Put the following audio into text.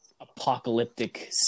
apocalyptic